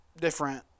different